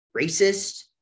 racist